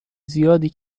زیادی